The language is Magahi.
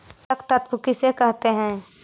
पोषक तत्त्व किसे कहते हैं?